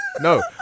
No